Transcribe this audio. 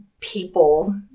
people